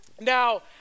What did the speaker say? Now